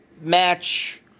match